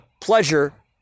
pleasure